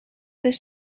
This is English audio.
this